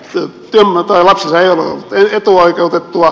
sehän tarkoittaa sitä että